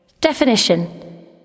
Definition